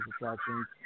Attractions